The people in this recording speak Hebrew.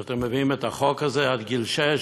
אתם מביאים את החוק הזה עד גיל שש,